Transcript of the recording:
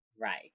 Right